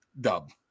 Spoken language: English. Dub